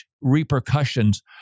repercussions